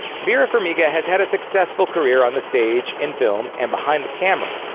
vera farmiga has had a successful career on the stage, in film, and behind the camera.